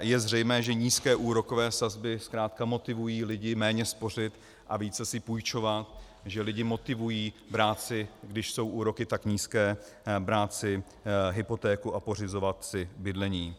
Je zřejmé, že nízké úrokové sazby zkrátka motivují lidi méně spořit a více si půjčovat, že lidi motivují brát si, když jsou úroky tak nízké, brát si hypotéku a pořizovat si bydlení.